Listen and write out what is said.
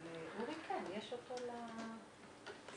כל נקודה שעולה במדינה כהעברת מסרים,